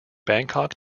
bangkok